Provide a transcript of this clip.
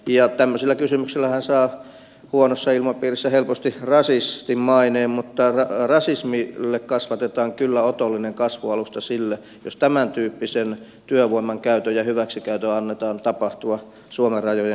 tämmöisillä kysymyksillähän saa huonossa ilmapiirissä helposti rasistin maineen mutta rasismille kasvatetaan kyllä otollinen kasvualusta sillä jos tämäntyyppisen työvoiman käytön ja hyväksikäytön annetaan tapahtua suomen rajojen sisäpuolella